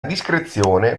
discrezione